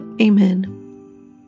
Amen